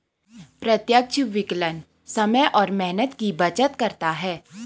प्रत्यक्ष विकलन समय और मेहनत की बचत करता है